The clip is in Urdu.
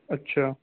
اچھا